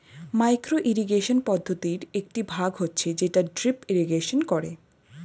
micro irrigation পদ্ধতির একটি ভাগ হচ্ছে যেটা ড্রিপ ইরিগেশন করে